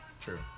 True